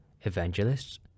evangelists